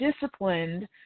disciplined